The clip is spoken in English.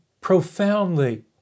profoundly